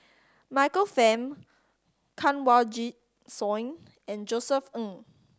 Michael Fam Kanwaljit Soin and Josef Ng